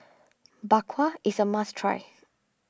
Bak Kwa is a must try